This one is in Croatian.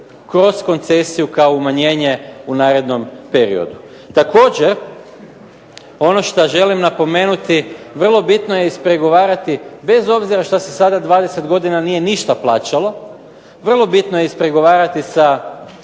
kroz koncesiju kao umanjenje u narednom periodu. Također, ono šta želim napomenuti vrlo bitno je ispregovarati bez obzira šta se sada 20 godina nije ništa plaćalo, vrlo bitno je ispregovarati sa